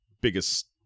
biggest